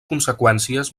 conseqüències